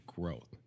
growth